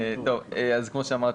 קודם כל,